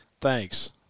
Thanks